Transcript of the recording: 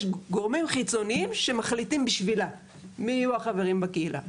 יש גורמים חיצוניים שמחליטים בשבילה מי יהיו החברים בקהילה.